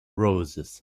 roses